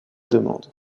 demande